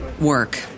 work